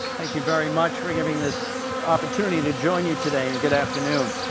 thank you very much for giving this opportunity to join you today and good afternoon.